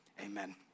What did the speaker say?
Amen